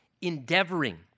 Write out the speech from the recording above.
endeavoring